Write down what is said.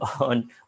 on